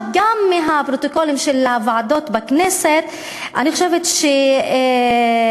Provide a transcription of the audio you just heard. גם לפי הפרוטוקולים של הוועדות בכנסת אני חושבת שמישהו,